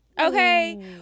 Okay